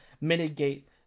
mitigate